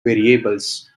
variables